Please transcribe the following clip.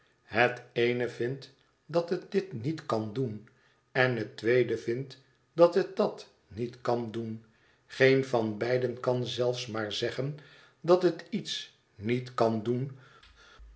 het eene vindt dat het dit niet kan doen en het tweede vindt dat het dat niet kan doen geen van beiden kan zelfs maar zeggen dat het iets niet kan doen